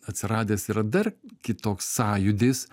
atsiradęs yra dar kitoks sąjūdis